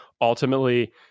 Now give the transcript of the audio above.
ultimately